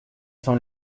son